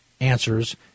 answers